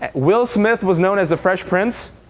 and will smith was known as the fresh prince.